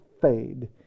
fade